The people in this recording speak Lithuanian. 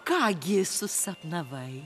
ką gi susapnavai